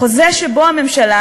חוזה שבו הממשלה,